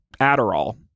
Adderall